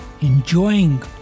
enjoying